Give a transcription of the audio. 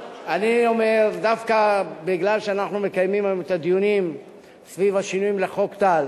דווקא מכיוון שאנחנו מקיימים היום את הדיונים סביב השינויים של חוק טל,